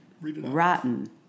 Rotten